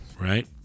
right